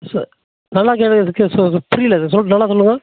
நல்லா கே புரியலை சொ நல்லா சொல்லுங்கள்